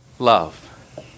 Love